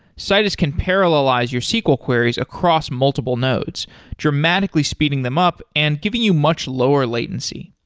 citus can parallelize your sql queries across multiple nodes dramatically speeding them up and giving you much lower latency.